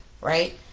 right